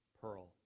pearl